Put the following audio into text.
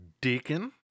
deacon